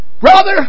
brother